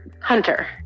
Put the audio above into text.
Hunter